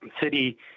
city